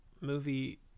movie